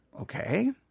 Okay